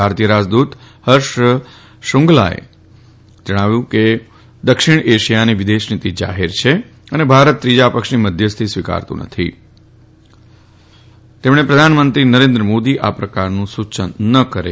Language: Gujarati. ભારતીય રા દૂત ફર્ષ શ્રૃંગલલાને તેમણે કહ્યું કે દક્ષિણ ઐશિયાની વિદેશ નીતિ જાહેર છે અને ભારત ત્રીજા પક્ષની મધ્યસ્થ સ્વીકારતું નથી અને પ્રધાનમંત્રી નરેન્દ્ર મોદી આ પ્રકારનું સૂચન ન કરે